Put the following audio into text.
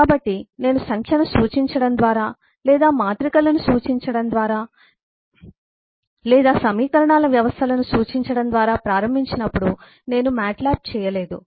కాబట్టి నేను సంఖ్యను సూచించడం ద్వారా లేదా మాత్రికలను సూచించడం ద్వారా లేదా సమీకరణాల వ్యవస్థలను సూచించడం ద్వారా ప్రారంభించినప్పుడు నేను నా MATLAB చేయలేదు